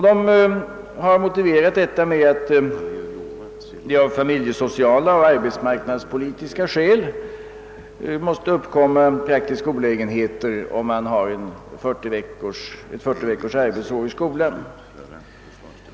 De har motiverat sin ståndpunkt med att det av familjesociala och arbetsmarknadspolitiska skäl måste uppkomma praktiska olägenheter om man har ett läsår på 40 veckor i skolan.